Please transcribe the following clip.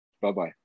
Bye-bye